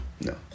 No